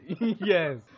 yes